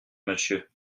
monsieur